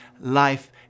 Life